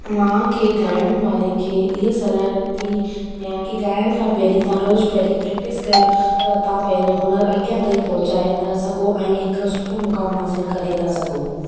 हा मां कंहिं ॻाइण वारे खे इहा सलाह थी ॾिया की ॻाइण खां पहिरीं तां रोज़ु पहिरीं प्रैक्टिस कयो त तव्हां पंहिंजो हुनरु अॻियां ताईं पहुचाए था सघो ऐं हिकु सुठो मुकाम हासिलु करे था सघो